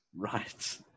Right